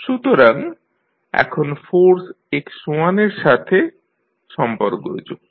সুতরাং এখন force x1 এর সাথে সম্পর্কযুক্ত